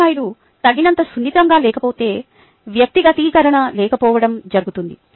ఉపాధ్యాయుడు తగినంత సున్నితంగా లేకపోతే వ్యక్తిగతీకరణ లేకపోవడం జరుగుతుంది